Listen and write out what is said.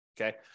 Okay